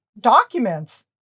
documents